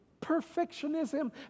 perfectionism